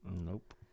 Nope